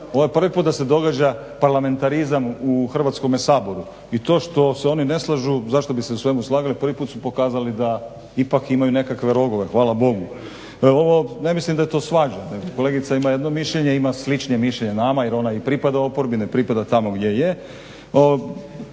prvi puta da se događa parlamentarizam u Hrvatskome saboru. I to što se oni ne slažu zašto bi se u svemu slagali? Prvi puta su pokazali da ipak imaju nekakve rogove, hvala Bogu. Ovo ne mislim da je to svađa, nego kolegica ima jedno mišljenje, ima sličnih mišljenja nama jer ona i pripada oporbi ne pripada tamo gdje je,